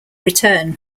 return